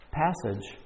passage